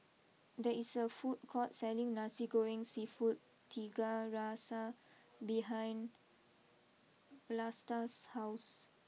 there is a food court selling Nasi Goreng Seafood Tiga Rasa behind Vlastas house